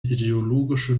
ideologische